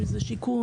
אם זה שיקום,